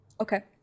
Okay